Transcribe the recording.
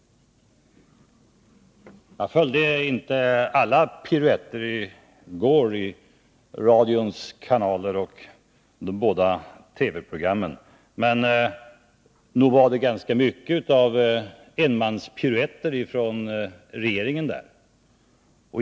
Jag följde inte alla piruetter i går i radions kanaler och de båda TV-programmen, men nog var det ganska mycket av enmanspiruetter ifrån regeringen där.